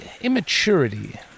immaturity